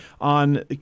on